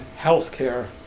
healthcare